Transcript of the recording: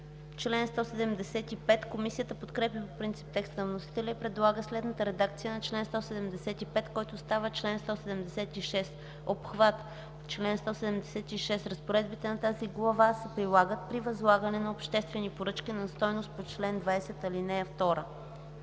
Член 175 – Комисията подкрепя по принцип текста на вносителя и предлага следната редакция на чл. 175, който става чл. 176: „Обхват Чл. 176. Разпоредбите на тази глава се прилагат при възлагане на обществени поръчки на стойност по чл. 20, ал. 2”.